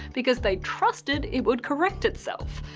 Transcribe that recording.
because they trusted it would correct itself.